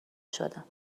شدم